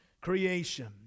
creation